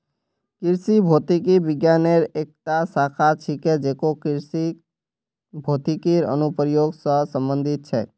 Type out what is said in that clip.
कृषि भौतिकी विज्ञानेर एकता शाखा छिके जेको कृषित भौतिकीर अनुप्रयोग स संबंधित छेक